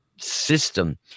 system